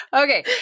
Okay